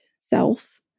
self